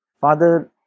Father